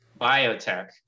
biotech